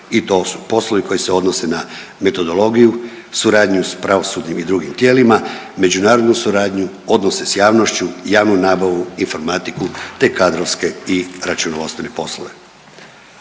i to su poslovi koji se odnose na metodologiju, suradnju s pravosudnim i drugim tijelima, međunarodnu suradnju, odnose s javnošću, javnu nabavu, informatiku, te kadrovske i računovodstvene poslove.